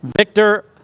Victor